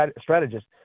strategist